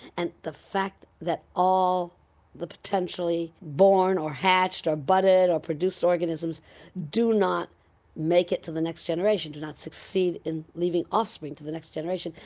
and the fact that all the potentially born or hatched or butted or produced organisms do not make it to the next generation, do not succeed in leaving offspring to the next generation,